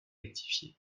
rectifié